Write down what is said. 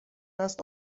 است